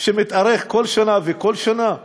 שמתארך כל שנה וכל שנה.